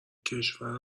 کشور